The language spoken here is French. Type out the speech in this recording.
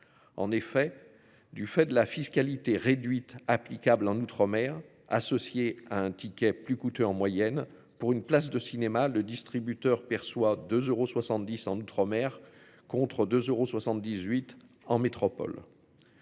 En effet, du fait de la fiscalité réduite applicable en outre-mer associé à un ticket plus coûte en moyenne pour une place de cinéma. Le distributeur perçoit 2 euros 70 en outre-mer. Contre 2 euros 78 en métropole.